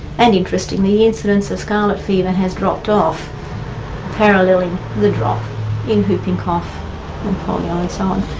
and interestingly, incidents of scarlet fever, has dropped off paralleling the drop in whooping cough and polio and so on.